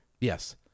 Yes